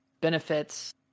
Benefits